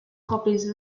copies